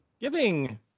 Giving